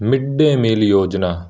mid day meal Yojana